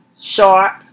sharp